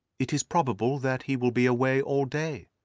it is probable that he will be away all day,